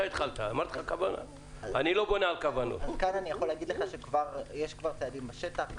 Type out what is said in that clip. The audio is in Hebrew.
אני יכול להגיד לך שיש כבר צעדים בשטח.